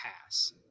pass